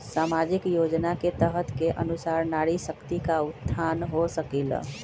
सामाजिक योजना के तहत के अनुशार नारी शकति का उत्थान हो सकील?